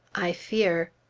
i fear